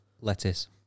Lettuce